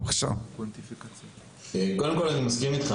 קודם כול, אני מסכים איתך.